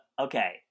Okay